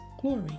glory